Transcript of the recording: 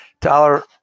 Tyler